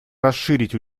расширить